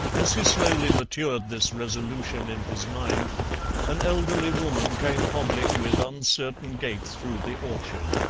as he slowly matured this resolution in his mind an elderly woman came hobbling with uncertain gait through the orchard.